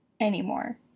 anymore